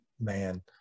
man